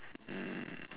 mm